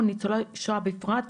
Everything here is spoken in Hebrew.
או ניצולי שואה בפרט,